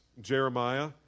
Jeremiah